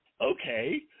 okay